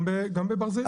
גם בברזילי.